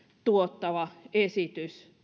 tuottava esitys